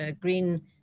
green